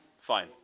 Fine